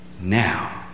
Now